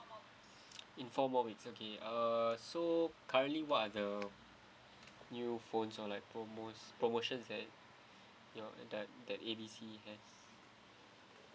in four more weeks okay err so currently what are the new phones or like promos promotions that your that that A B C has